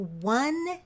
one